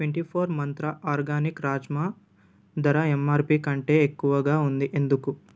twenty four Mantra organic rajma ధర MRP కంటే ఎక్కువగా ఉంది ఎందుకు